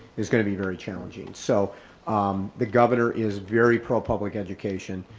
is gonna be very challenging. so um the governor is very pro public education.